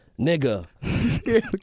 nigga